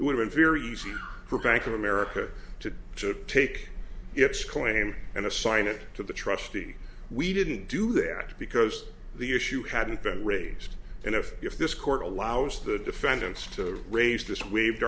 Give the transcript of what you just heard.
would very easy for bank of america to take its claim and assign it to the trustee we didn't do that because the issue hadn't been raised and if if this court allows the defendants to raise this waived